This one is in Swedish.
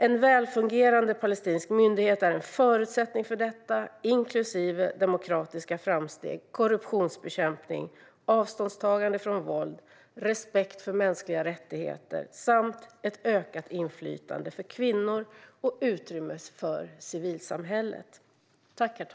En välfungerande palestinsk myndighet är en förutsättning för detta, inklusive demokratiska framsteg, korruptionsbekämpning, avståndstagande från våld, respekt för mänskliga rättigheter samt ökat inflytande för kvinnor och utrymme för civilsamhället.